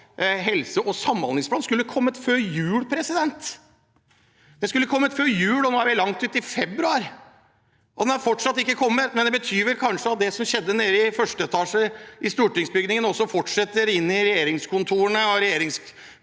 helse- og samhandlingsplanen skulle kommet før jul. Den skulle kommet før jul, og nå er vi langt ut i februar, og den er fortsatt ikke kommet. Det betyr kanskje at det som skjedde nede i første etasje i stortingsbygningen, også fortsetter inn i regjeringskontorene og regjeringskvartalet,